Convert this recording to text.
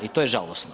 I to je žalosno.